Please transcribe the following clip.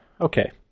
Okay